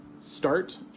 start